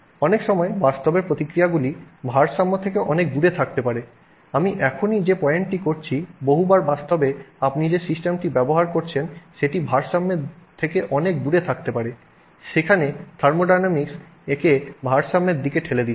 অনেক সময় বাস্তবের প্রতিক্রিয়াগুলি ভারসাম্য থেকে অনেক দূরে থাকতে পারে আমি এখনই যে পয়েন্টটি করেছি বহুবার বাস্তবে আপনি যে সিস্টেমটির ব্যবহার করেছেন সেটি ভারসাম্যের থেকে অনেক দূরে থাকতে পারে সেখানে থার্মোডায়ানামিকস একে ভারসাম্যের দিকে ঠেলে দিচ্ছে